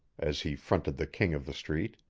as he fronted the king of the street.